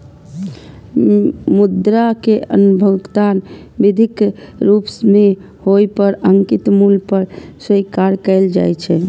मुद्रा कें भुगतान विधिक रूप मे ओइ पर अंकित मूल्य पर स्वीकार कैल जाइ छै